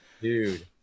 dude